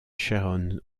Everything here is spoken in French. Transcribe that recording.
sharon